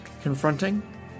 confronting